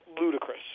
ludicrous